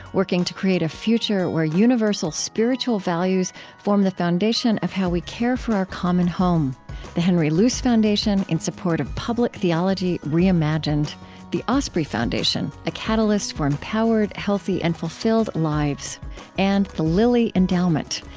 working to create a future where universal spiritual values form the foundation of how we care for our common home the henry luce foundation, in support of public theology reimagined the osprey foundation, a catalyst for empowered, healthy, and fulfilled lives and the lilly endowment,